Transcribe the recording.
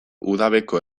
udabeko